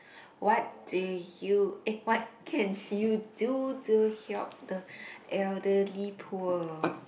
what do you eh what can you do to help the elderly poor